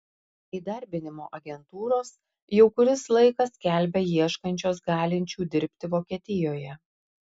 įdarbinimo agentūros jau kuris laikas skelbia ieškančios galinčių dirbti vokietijoje